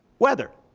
weather,